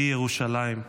היא ירושלים.